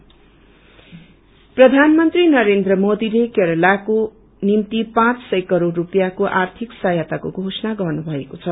PM Kerala Narendra नरेन्द्र मोदीले केरलाको निम्ति पाँच सय करोड़ रूपियाँको आर्थिक सहायताको घोषणा गर्नुभएको छ